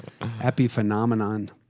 epiphenomenon